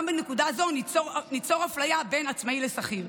גם בנקודה זו ניצור אפליה בין עצמאי לשכיר.